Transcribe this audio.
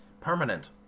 permanent